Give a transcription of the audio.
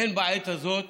הן בעת הזאת